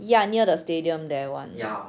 ya near the stadium there [one]